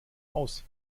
aus